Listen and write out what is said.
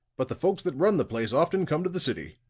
but the folks that run the place often come to the city.